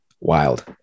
wild